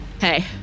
hey